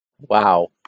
Wow